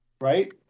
right